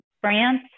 France